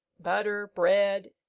butter, bread,